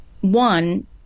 One